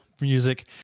music